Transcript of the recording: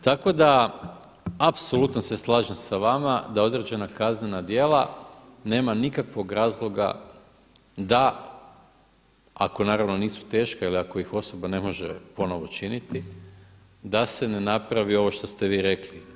Tako da apsolutno se slažem sa vama da određena kaznena djela nema nikakvog razloga da ako naravno nisu teška ili ako ih osoba ne može ponovo činiti da se ne napravi ovo što ste vi rekli.